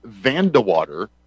Vandewater